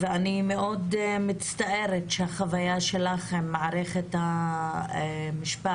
אני מאוד מצטערת שהחוויה שלך עם מערכת המשפט,